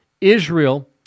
Israel